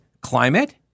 climate